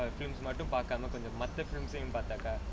films மட்டும் பார்க்காம மத்த:maatum paarkaamae matha films பாத்தாக:paathake